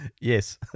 Yes